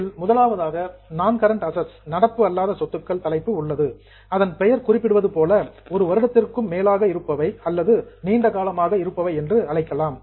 இதில் முதலாவதாக நான் கரன்ட் அசட்ஸ் நடப்பு அல்லாத சொத்துக்கள் தலைப்பு உள்ளது அதன் பெயர் குறிப்பிடுவதுபோல 1 வருடத்திற்கும் மேலாக இருப்பவை அல்லது நீண்டகாலமாக இருப்பவை என்று அழைக்கலாம்